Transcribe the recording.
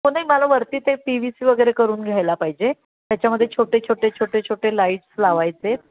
हो नाही मला वरती ते पी वी सी वगैरे करून घ्यायला पाहिजे त्याच्यामध्ये छोटे छोटे छोटे छोटे लाईट्स लावायचे